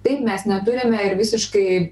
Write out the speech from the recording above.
taip mes neturime ir visiškai